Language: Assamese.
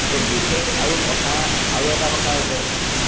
তো বিশেষ আৰু কথা আৰু এটা কথা হৈছে